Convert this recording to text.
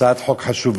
הצעת חוק חשובה.